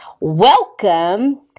Welcome